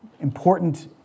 important